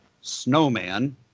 Snowman